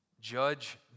judge